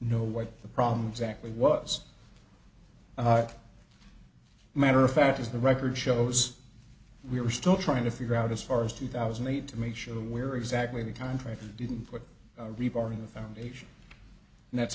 know what the problems actually was a matter of fact is the record shows we are still trying to figure out as far as two thousand and eight to make sure where exactly the contractor didn't put rebar in the foundation and that's